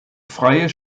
freie